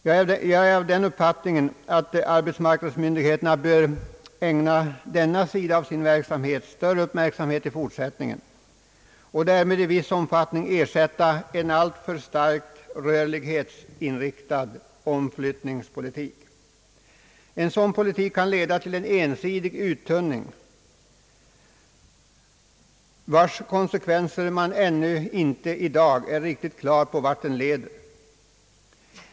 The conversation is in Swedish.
Jag är av den uppfattningen att arbetsmarknadsmyndigheterna bör ägna denna sida av sin verksamhet större uppmärksamhet i fortsättningen och därmed i viss omfattning ersätta en alltför starkt rörlighetsinriktad omflyttningspolitik. En sådan politik kan leda till en ensidig uttunning, vars konsekvenser man ännu inte i dag är riktigt klar på vart de leder.